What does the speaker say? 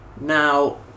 Now